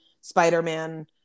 spider-man